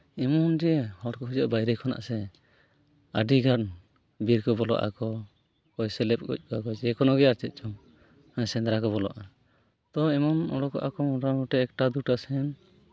ᱮᱢᱚᱱ ᱡᱮ ᱦᱚᱲᱠᱚ ᱦᱤᱡᱩᱜᱼᱟ ᱵᱟᱭᱨᱮ ᱠᱷᱚᱱᱟᱜ ᱥᱮ ᱟᱹᱰᱤᱜᱟᱱ ᱵᱤᱨ ᱠᱚ ᱵᱚᱞᱚᱜ ᱟᱠᱚ ᱚᱠᱚᱭ ᱥᱮᱞᱮᱫ ᱜᱚᱡ ᱠᱚᱣᱟ ᱠᱚ ᱡᱮᱠᱳᱱᱳᱜᱮ ᱟᱨ ᱪᱮᱫ ᱪᱚᱝ ᱟᱨ ᱥᱮᱸᱫᱽᱨᱟ ᱠᱚ ᱵᱚᱞᱚᱱᱟ ᱛᱳ ᱮᱢᱚᱱ ᱩᱰᱩᱠᱚᱜᱼᱟ ᱠᱚ ᱢᱳᱴᱟᱢᱩᱴᱤ ᱮᱠᱴᱟ ᱫᱩᱴᱟ ᱥᱮᱱ